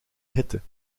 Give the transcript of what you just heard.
hitte